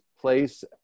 place